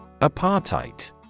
Apartheid